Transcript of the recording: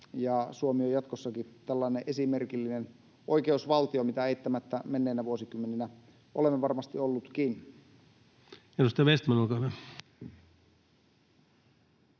Suomi on jatkossakin tällainen esimerkillinen oikeusvaltio, mitä eittämättä menneinä vuosikymmeninä olemme varmasti olleetkin. [Speech 147] Speaker: